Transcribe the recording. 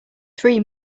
three